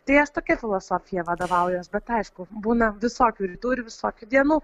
tai aš tokia filosofija vadovaujuos bet aišku būna visokių rytų ir visokių dienų